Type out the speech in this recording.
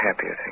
happy